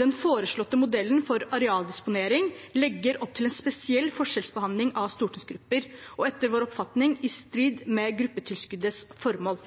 Den foreslåtte modellen for arealdisponering legger opp til en spesiell forskjellsbehandling av stortingsgrupper og er etter vår oppfatning i strid med